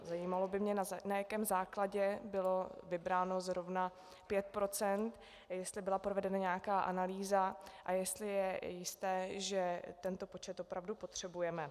Zajímalo by mě, na jakém základě bylo vybráno zrovna pět procent a jestli byla provedena nějaká analýza a jestli je jisté, že tento počet opravdu potřebujeme.